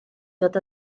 dod